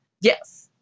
yes